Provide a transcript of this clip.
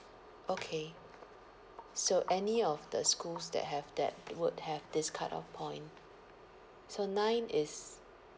okay so any of the schools that have that would have this cutoff point so nine is